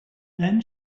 then